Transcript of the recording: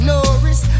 Norris